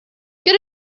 get